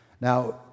Now